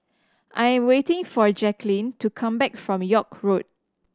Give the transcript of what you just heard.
I'm waiting for Jacklyn to come back from York Road